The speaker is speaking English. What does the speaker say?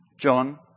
John